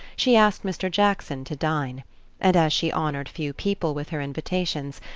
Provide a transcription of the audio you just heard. she asked mr. jackson to dine and as she honoured few people with her invitations,